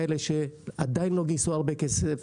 כאלה שעדיין לא גייסו הרבה כסף,